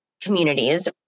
communities